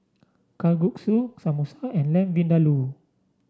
Kalguksu Samosa and Lamb Vindaloo